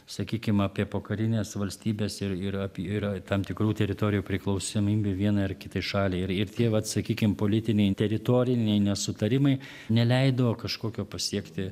sakykim apie pokarines valstybes ir ir apie tam tikrų teritorijų priklausomybę vienai ar kitai šaliai ir ir tie vat sakykim politiniai teritoriniai nesutarimai neleido kažkokio pasiekti